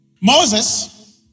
Moses